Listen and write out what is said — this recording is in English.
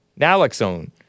Naloxone